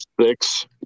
six